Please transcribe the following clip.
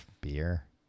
Beer